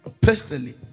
Personally